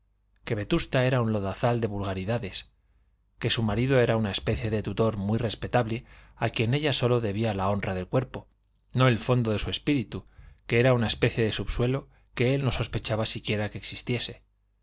que vetusta era un lodazal de vulgaridades que su marido era una especie de tutor muy respetable a quien ella sólo debía la honra del cuerpo no el fondo de su espíritu que era una especie de subsuelo que él no sospechaba siquiera que existiese